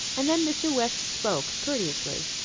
and then mr. west spoke courteously.